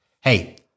Hey